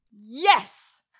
Yes